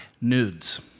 nudes